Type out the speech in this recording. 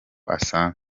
asanze